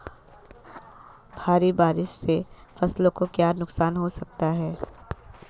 भारी बारिश से फसलों को क्या नुकसान हो सकता है?